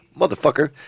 Motherfucker